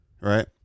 Right